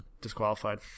disqualified